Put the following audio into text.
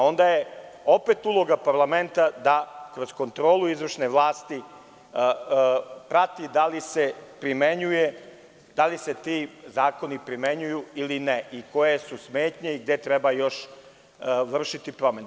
Onda je opet uloga parlamenta da kroz kontrolu izvršne vlasti prati da li se ti zakoni primenjuju ili ne i koje su smetnje i gde treba još vršiti promene.